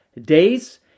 days